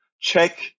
Check